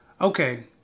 Okay